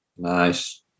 Nice